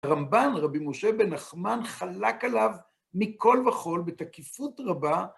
הרמב"ן, רבי משה בן נחמן, חלק עליו מכל וכול, בתקיפות רבה.